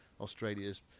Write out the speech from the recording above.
Australia's